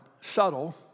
subtle